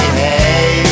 hey